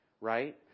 Right